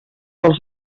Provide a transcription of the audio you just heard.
als